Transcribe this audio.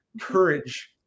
courage